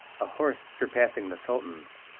a horse surpassing the sultan's,